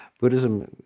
Buddhism